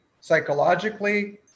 psychologically